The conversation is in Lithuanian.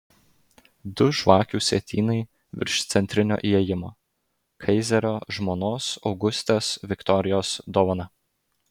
du žvakių sietynai virš centrinio įėjimo kaizerio žmonos augustės viktorijos dovana